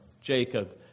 Jacob